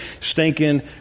stinking